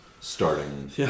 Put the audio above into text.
starting